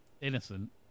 innocent